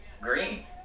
green